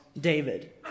David